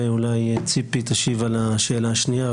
ואולי ציפי תשיב על השאלה השנייה.